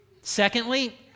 Secondly